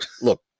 Look